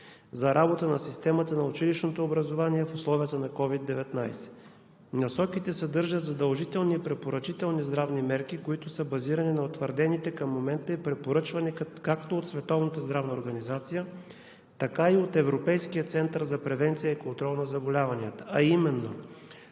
за работа на системата на училищното образование в условията на COVID-19. Насоките съдържат задължителни препоръчителни здравни мерки, които са базирани на утвърдените към момента и препоръчвани както от Световната здравна организация, така и от Европейския център за превенция и контрол на заболяванията, а именно: